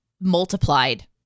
multiplied